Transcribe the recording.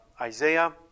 Isaiah